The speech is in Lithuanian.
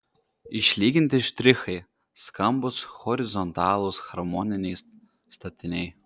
išlyginti štrichai skambūs horizontalūs harmoniniai statiniai